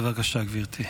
בבקשה, גברתי.